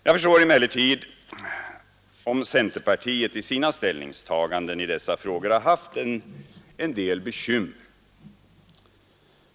Jag förstår emellertid om centerpartiet i sina ställningstaganden i dessa frågor har haft en del bekymmer.